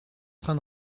train